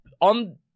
on